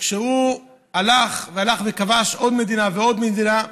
כשהוא הלך וכבש עוד מדינה ועוד מדינה,